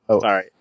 sorry